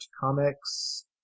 comics